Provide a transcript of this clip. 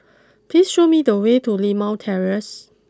please show me the way to Limau Terrace